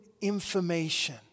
information